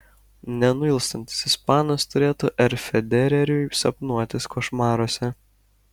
nenuilstantis ispanas turėtų r federeriui sapnuotis košmaruose